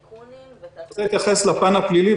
אני רוצה להתייחס לפן הפלילי,